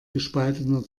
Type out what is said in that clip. gespaltener